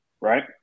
right